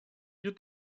wir